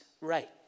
right